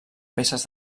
peces